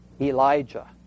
Elijah